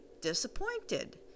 disappointed